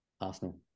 Arsenal